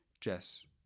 Jess